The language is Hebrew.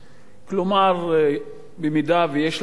במידה שיש לך חופש ביטוי,